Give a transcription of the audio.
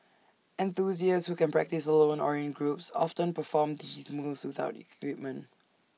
enthusiasts who can practise alone or in groups often perform these moves without equipment